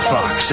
Fox